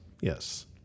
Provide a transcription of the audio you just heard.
Yes